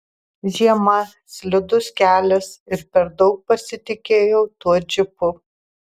žiema slidus kelias ir per daug pasitikėjau tuo džipu